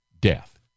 death